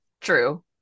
true